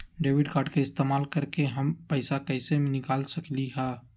Debit card के इस्तेमाल करके हम पैईसा कईसे निकाल सकलि ह?